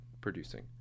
producing